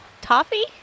toffee